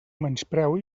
menyspreu